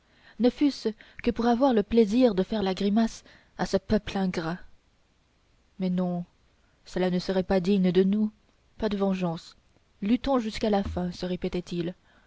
ne fût-ce que pour avoir le plaisir de faire la grimace à ce peuple ingrat mais non cela ne serait pas digne de nous pas de vengeance luttons jusqu'à la fin se répétait-il